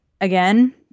again